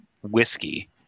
whiskey